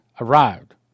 arrived